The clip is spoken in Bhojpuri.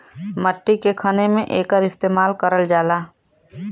मट्टी के खने में एकर इस्तेमाल करल जाला